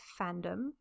fandom